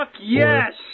yes